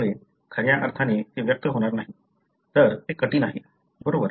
त्यामुळे खऱ्या अर्थाने ते व्यक्त होणार नाही तर ते कठीण आहे बरोबर